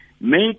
make